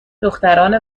دختران